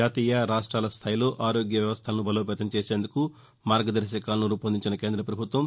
జాతీయ రాష్ట్రాల స్టాయిలో ఆరోగ్య వ్యవస్టలను బలోపేతం చేసేందుకు మార్గదర్భకాలను రూపొందించిన కేంద్ర పభుత్వం